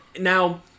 Now